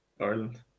ireland